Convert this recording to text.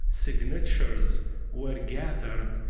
signatures were gathered,